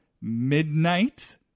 Midnight